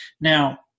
Now